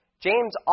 James